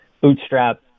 bootstrap